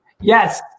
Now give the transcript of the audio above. yes